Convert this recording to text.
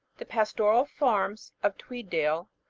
the pastoral farms of tweeddale,